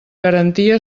garantia